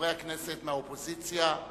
חברי הכנסת מהאופוזיציה.